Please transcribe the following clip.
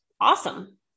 Awesome